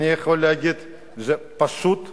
אני יכול להגיד: זה פשוט בושה,